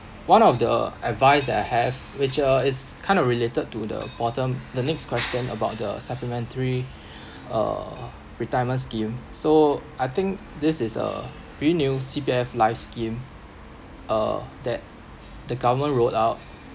one of the advice that I have which uh is kind of related to the bottom the next question about the supplementary uh retirement scheme so I think this is uh pretty new C_P_F life scheme uh that the government ruled out